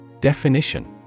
Definition